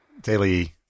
daily